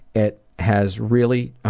it has really